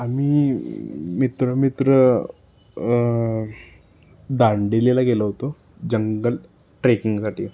आम्ही मित्र मित्र दांडीलेला गेलो होतो जंगल ट्रेकिंगसाठी